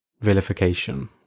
vilification